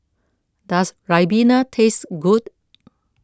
does Ribena taste good